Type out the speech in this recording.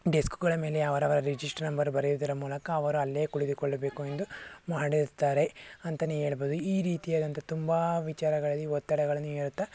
ಡೆಸ್ಕುಗಳ ಮೇಲೆ ಅವರವರ register number ಬರೆಯೋದರ ಮೂಲಕ ಅವರು ಅಲ್ಲೇ ಕುಳಿದುಕೊಳ್ಳಬೇಕು ಎಂದು ಮಾಡಿರುತ್ತಾರೆ ಅಂತಲೇ ಹೇಳ್ಬೋದು ಈ ರೀತಿಯಾದಂಥ ತುಂಬ ವಿಚಾರಗಳಲ್ಲಿ ಒತ್ತಡಗಳನ್ನು ಹೇರುತ್ತ